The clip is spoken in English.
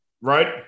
Right